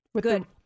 Good